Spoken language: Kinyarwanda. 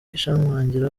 ishimangira